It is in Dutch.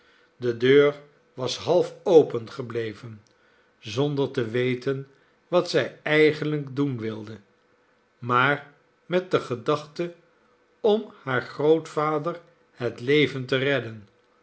de deur was half open gebleven zonder te weten wat zij eigenlijk doen wilde maar met de gedachte om haar grootvader het leven te redden